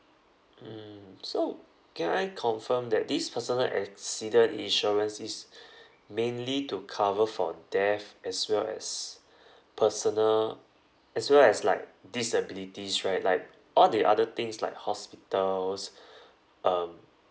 mm so can I confirm that this personal accident insurance is mainly to cover for death as well as personal as well as like disabilities right like all the other things like hospitals um